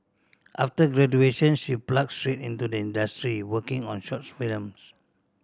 after graduation she plunged straight into the industry working on short films